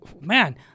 man